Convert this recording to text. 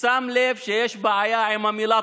שם לב שיש בעיה עם המילה